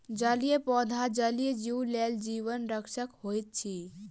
जलीय पौधा जलीय जीव लेल जीवन रक्षक होइत अछि